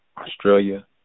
Australia